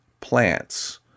plants